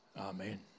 Amen